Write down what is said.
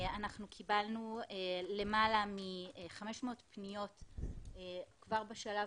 אנחנו קיבלנו למעלה מ-500 פניות כבר בשלב